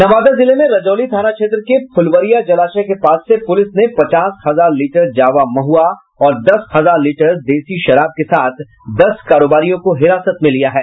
नवादा जिले में रजौली थाना क्षेत्र के फुलवरिया जलाशय के पास से पुलिस ने पचास हजार लीटर जावा महुआ और दस हजार लीटर देसी शराब के साथ दस कारोबारियों को हिरासत में लिया है